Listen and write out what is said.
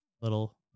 little